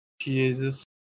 Jesus